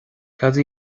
cad